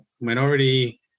minority